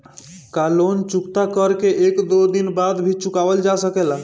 का लोन चुकता कर के एक दो दिन बाद भी चुकावल जा सकेला?